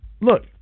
look